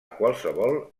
qualsevol